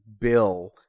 Bill